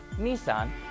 Nissan